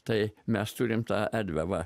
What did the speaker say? tai mes turim tą erdvę va